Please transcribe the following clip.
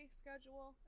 schedule